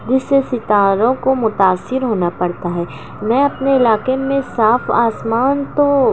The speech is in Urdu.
جس سے ستاروں کو متأثر ہونا پڑتا ہے میں اپنے علاقے میں صاف آسمان تو